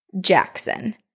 Jackson